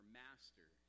master